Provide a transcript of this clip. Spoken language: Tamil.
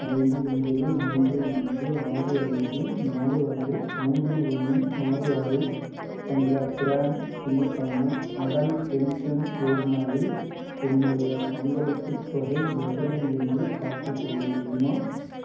ஐந்து ஒன்பது மூன்று நான்கு ஆறு ஐந்து நாலு ஆறு மூன்று ஒன்று ஆறு ஆறு என்ற ப்ரான் எண்ணுக்கான அடல் பென்ஷன் யோஜனாவில் என்னுடைய பங்களிப்புத் தொகை எவ்வளவு என்று பார்த்து சொல்ல முடியுமா